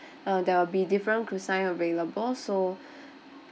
uh there will be different cuisine available so